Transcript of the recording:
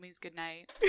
goodnight